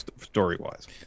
Story-wise